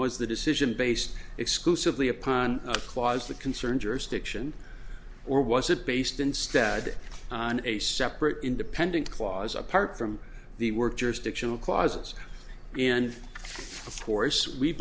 was the decision based exclusively upon a clause that concern jurisdiction or was it based instead on a separate independent clause apart from the work jurisdictional clauses in of course we